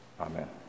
Amen